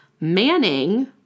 Manning